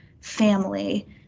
family